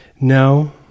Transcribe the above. No